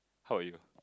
how about you